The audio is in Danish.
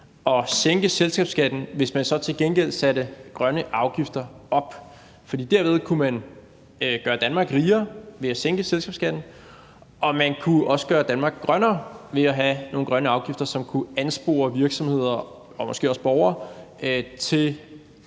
at sænke selskabsskatten, hvis man så til gengæld satte grønne afgifter op. For derved ville man kunne gøre Danmark rigere, altså ved at sænke selskabsskatten, og man kunne også gøre Danmark grønnere ved at have nogle grønne afgifter, som kunne anspore virksomheder og måske også borgere til